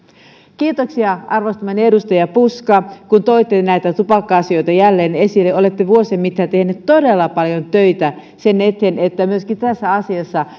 kiitoksia arvostamani edustaja puska kun toitte näitä tupakka asioita jälleen esille olette vuosien mittaan tehnyt todella paljon töitä sen eteen että myöskin tässä asiassa